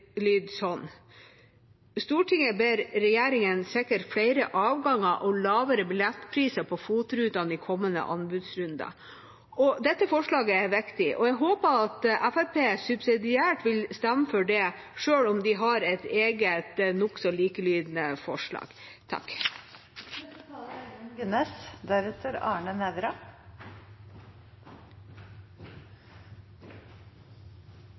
ber regjeringen sikre flere avganger og lavere billettpriser på FOT-rutene i kommende anbudsrunder.» Dette forslaget er viktig, og jeg håper Fremskrittspartiet subsidiært vil stemme for det, selv om de har et eget, nokså likelydende, forslag. Vi i Venstre synes også det er